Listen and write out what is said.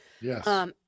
Yes